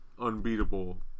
unbeatable